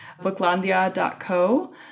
booklandia.co